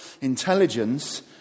intelligence